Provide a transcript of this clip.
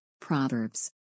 Proverbs